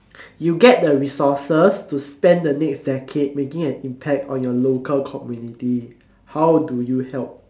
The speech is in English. you get the resources to spend on the next decade making an impact on your local community how do you help